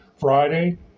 Friday